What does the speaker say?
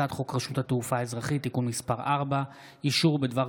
הצעת חוק העונשין (תיקון,